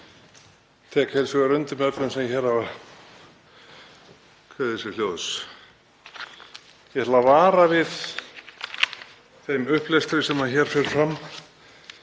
Ég ætla að vara við þeim upplestri sem hér fer fram,